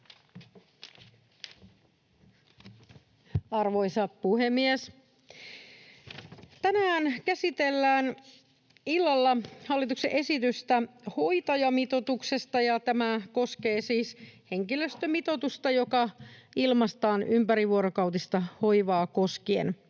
Arvoisa puhemies! Tänään käsitellään illalla hallituksen esitystä hoitajamitoituksesta, ja tämä koskee siis henkilöstömitoitusta, joka ilmaistaan ympärivuorokautista hoivaa koskien.